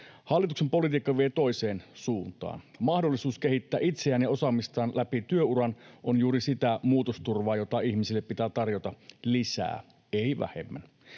Hallituksen politiikka vie toiseen suuntaan. Mahdollisuus kehittää itseään ja osaamistaan läpi työuran on juuri sitä muutosturvaa, jota ihmisille pitää tarjota lisää, ei vähemmän.